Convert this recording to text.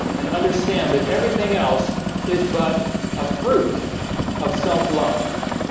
and understand that everything else is but a fruit of self-love